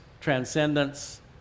transcendence